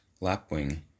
lapwing